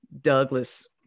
Douglas